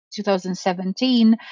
2017